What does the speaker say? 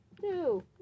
two